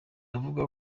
avuga